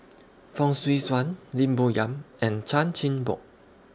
Fong Swee Suan Lim Bo Yam and Chan Chin Bock